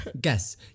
Guess